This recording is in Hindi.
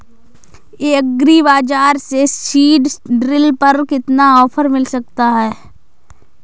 एग्री बाजार से सीडड्रिल पर कितना ऑफर मिल सकता है?